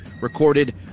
recorded